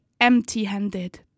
empty-handed